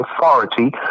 authority